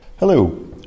Hello